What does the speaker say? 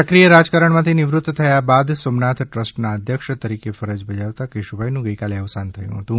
સક્રિય રાજકારણમાથી નિવૃત થયા બાદ સોમનાથ ટ્રસ્ટના અધ્યક્ષ તરીકે ફરજ બજાવતા કેશુભાઈનું ગઇકાલે અવસાન થયું હતું